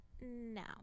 now